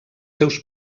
seus